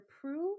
prove